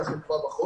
כך נקבע בחוק.